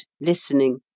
listening